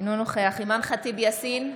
אינו נוכח אימאן ח'טיב יאסין,